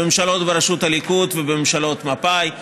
בממשלות בראשות הליכוד ובממשלות מפא"י,